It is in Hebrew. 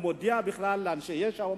הוא מודיע לאנשי יש"ע,